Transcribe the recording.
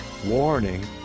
Warning